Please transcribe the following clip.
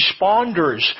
responders